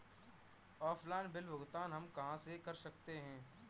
Offline bill भुगतान हम कहां कर सकते हैं?